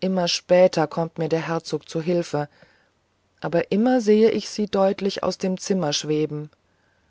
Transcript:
immer später kommt mir der herzog zu hilfe aber immer sehe ich sie deutlich aus dem zimmer schweben